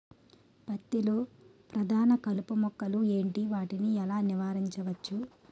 పత్తి లో ప్రధాన కలుపు మొక్కలు ఎంటి? వాటిని ఎలా నీవారించచ్చు?